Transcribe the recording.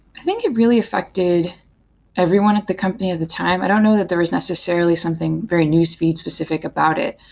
i think it really affected everyone at the company at the time. i don't know that there is necessarily something very newsfeed specific about it.